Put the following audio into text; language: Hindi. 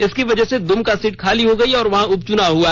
इसकी वजह से दुमका सीट खाली हो गई और वहां उपचुनाव हुआ